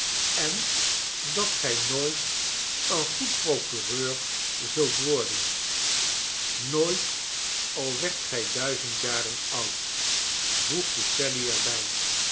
en dat gij nooit een goed procureur zult worden nooit al werdt gij duizend jaren oud voegde sally er